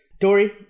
Dory